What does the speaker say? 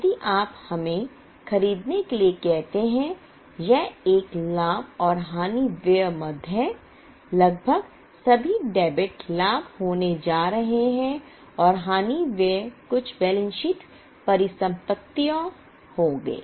यदि आप हमें खरीदने के लिए कहते हैं यह एक लाभ और हानि व्यय मद है लगभग सभी डेबिट लाभ होने जा रहे हैं और हानि व्यय कुछ बैलेंस शीट परिसंपत्तियों होगा